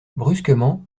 brusquement